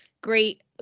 great